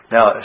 Now